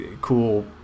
cool